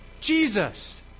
Jesus